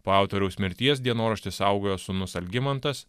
po autoriaus mirties dienoraštį saugojo sūnus algimantas